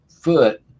foot